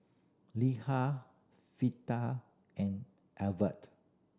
Litha and Evert